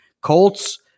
Colts